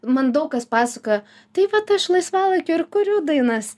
man daug kas pasakoja tai vat aš laisvalaikiu ir kuriu dainas